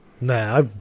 Nah